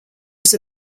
was